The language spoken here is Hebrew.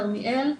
כרמיאל,